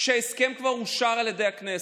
כשההסכם כבר אושר על ידי הכנסת.